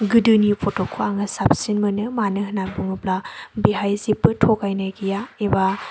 गोदोनि फथ'खौ आङो साबसिन मोनो मानो होनना बुङोब्ला बेहाय जेबो थगायनाय गैया एबा